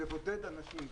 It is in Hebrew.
לבודד אנשים.